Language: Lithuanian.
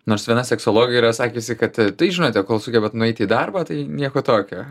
nors viena seksologė yra sakiusi kad a tai žinote kol sugebat nueiti į darbą tai nieko tokio